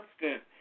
constant